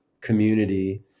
community